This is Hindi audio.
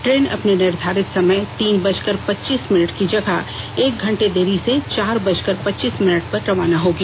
ट्रेन अपने निर्घारित समय तीन बजकर पच्चीस मिनट की जगह एक घंटे देरी से चार बजकर पच्चीस मिनट पर रवाना होगी